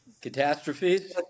Catastrophes